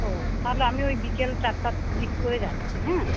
ও তাহলে আমি ওই বিকেল চারটার দিক করে যাচ্ছি হ্যাঁ